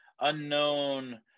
unknown